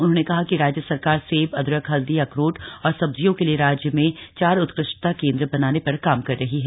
उन्होंने कहा कि राज्य सरकार सेब अदरक हल्दी अखरोट और सब्जियों के लिए राज्य में चार उत्कृष्टता केंद्र बनाने पर काम कर रही है